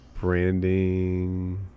branding